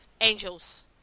Angels